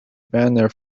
banner